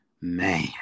Man